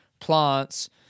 plants